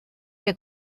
que